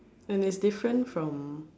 and it's different from